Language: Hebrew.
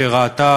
שראתה,